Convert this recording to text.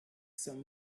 some